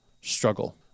struggle